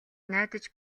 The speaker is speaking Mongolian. найдаж